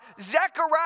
Zechariah